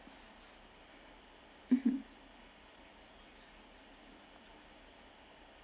mmhmm